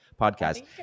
podcast